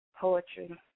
poetry